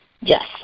Yes